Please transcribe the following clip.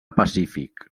pacífic